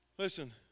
Listen